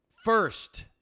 First